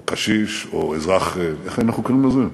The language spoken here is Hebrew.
או קשיש, או אזרח, איך היינו קוראים לזה?